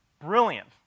brilliant